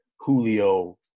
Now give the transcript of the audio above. Julio